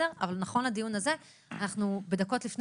אבל נכון לדיון הזה אנחנו בדקות לפני